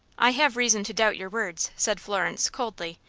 i have reason to doubt your words, said florence, coldly.